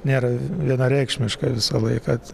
nėra vienareikšmiška visą laiką